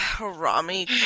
Rami